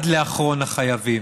עד לאחרון החייבים.